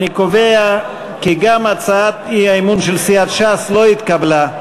אני קובע כי גם הצעת האי-אמון של סיעת ש"ס לא התקבלה.